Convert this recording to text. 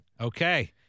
Okay